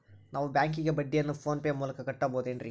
ನಾವು ಬ್ಯಾಂಕಿಗೆ ಬಡ್ಡಿಯನ್ನು ಫೋನ್ ಪೇ ಮೂಲಕ ಕಟ್ಟಬಹುದೇನ್ರಿ?